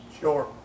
Sure